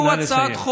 נא לסיים.